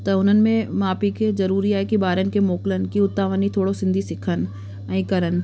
त उन्हनि में माउ पीउ खे ज़रूरी आहे की ॿारनि खे मोकिलनि की उतां वञी थोरो सिंधी सिखनि ऐं करनि